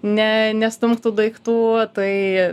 ne nestumk tų daiktų tai